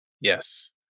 Yes